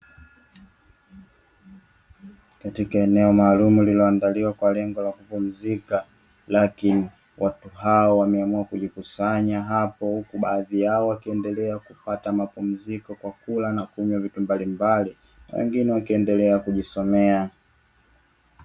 Katika eneo maalumu liloandaliwa kwa lengo la kupumzika, lakini watu hao wameamua kujikusanya hapo, huku baadhi yao wakiendelea kupata mapumziko kwa kula na kunywa vitu mbalimbali, wengine wakiendelea kujisomea.